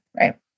right